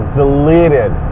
deleted